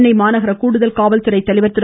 சென்னை மநாகர கூடுதல் காவல் துறை தலைவர் திரு